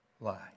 lie